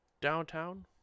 downtown